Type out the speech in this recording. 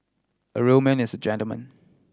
a real man is a gentleman